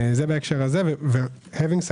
אחרי שאמרתי זאת,